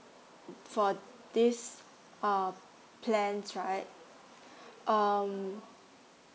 for this uh plans right um